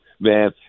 man